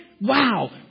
Wow